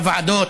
בוועדות,